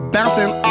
Bouncing